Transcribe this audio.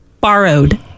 borrowed